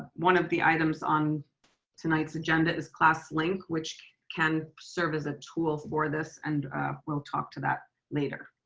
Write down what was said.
one of the items on tonight's agenda is classlink, which can serve as a tool for this, and we'll talk to that later.